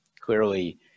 Clearly